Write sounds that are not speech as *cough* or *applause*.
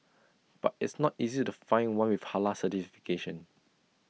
but *noise* it's not easy to find one with Halal certification